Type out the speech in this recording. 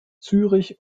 zürich